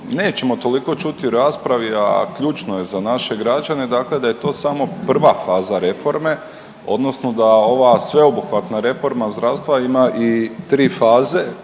nećemo toliko čuti u raspravi, a ključno je za naše građane da je to samo prva faza reforme odnosno da ova sveobuhvatna reforma zdravstva ima i tri faze